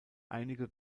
einige